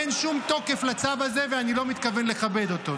אין שום תוקף לצו הזה ואני לא מתכוון לכבד אותו.